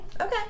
Okay